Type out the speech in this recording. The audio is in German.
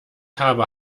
habe